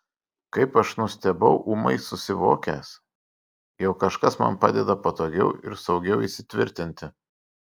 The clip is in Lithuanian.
kaip aš nustebau ūmai susivokęs jog kažkas man padeda patogiau ir saugiau įsitvirtinti